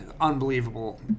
unbelievable